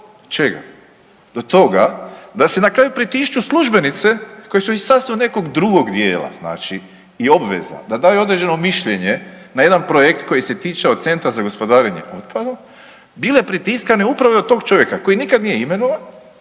čega? Do toga da se na kraju pritišću i službenice koje su iz sasma nekog drugog dijela i obveza, da daju određeno mišljenje na jedan projekt koji će tiče Centra za gospodarenje otpadom bile pritiskane upravo i od tog čovjeka koji nikad nije imenovan